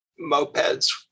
mopeds